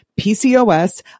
PCOS